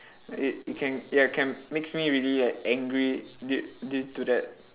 it can ya it can makes me really like angry due due to that